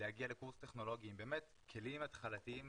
להגיע לקורס טכנולוגי עם באמת, כלים התחלתיים